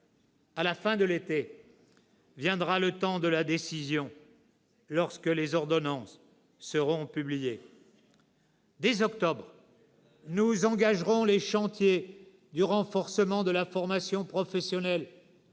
À la fin de l'été viendra le temps de la décision, lorsque les ordonnances seront publiées. « Dès octobre, nous engagerons les chantiers du renforcement de la formation professionnelle,